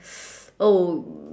oh